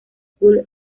school